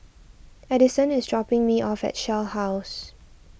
Adyson is dropping me off at Shell House